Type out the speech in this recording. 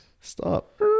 Stop